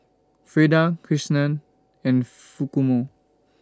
Freida Kirsten and